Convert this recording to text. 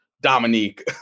Dominique